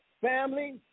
Family